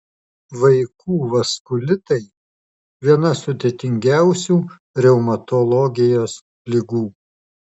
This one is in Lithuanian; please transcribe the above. vaikų vaskulitai viena sudėtingiausių reumatologijos ligų